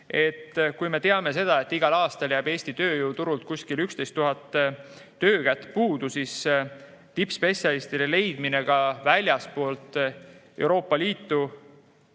Kui me teame seda, et igal aastal jääb Eesti tööjõuturul kuskil 11 000 töökätt puudu, siis on tippspetsialistide leidmine ka väljastpoolt Euroopa Liitu